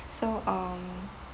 so um